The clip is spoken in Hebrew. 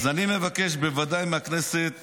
אז אני בוודאי מבקש מהכנסת